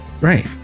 Right